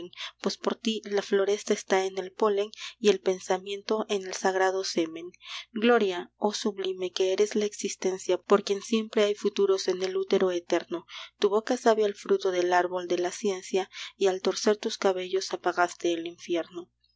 pues por ti la floresta está en el polen y el pensamiento en el sagrado semen gloria oh sublime que eres la existencia por quien siempre hay futuros en el útero eterno tu boca sabe al fruto del árbol de la ciencia y al torcer tus cabellos apagaste el infierno